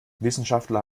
wissenschaftler